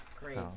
Great